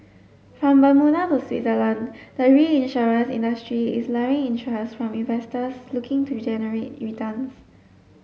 from Bermuda to Switzerland the reinsurance industry is luring interest from investors looking to generate returns